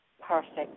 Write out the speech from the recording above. perfect